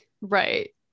right